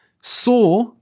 saw